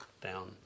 down